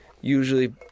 usually